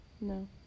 No